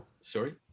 Sorry